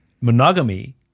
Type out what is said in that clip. monogamy